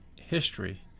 history